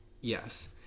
Yes